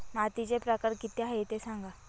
मातीचे प्रकार किती आहे ते सांगा